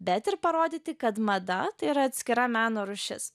bet ir parodyti kad mada yra atskira meno rūšis